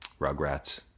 Rugrats